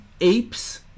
apes